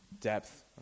depth